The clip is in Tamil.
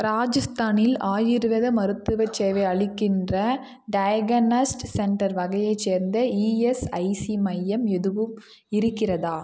ராஜஸ்தானில் ஆயுர்வேத மருத்துவச் சேவை அளிக்கின்ற டயகனஸ்ட் சென்டர் வகையைச் சேர்ந்த இஎஸ்ஐசி மையம் எதுவும் இருக்கிறதா